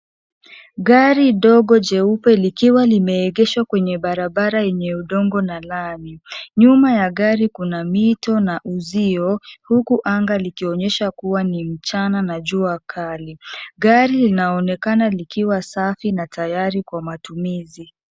Gari dogo jeupe likiwa limeegeshwa kwenye barabara yenye udongo na lami. Nyuma ya gari kuna mito na uzio huku anga ikionyesha kuwa ni mchana na jua kali. Gari linaonekana ni safi na tayari kwa matumizi.